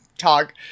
talk